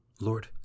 Lord